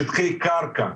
שטחי קרקע,